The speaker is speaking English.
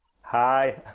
hi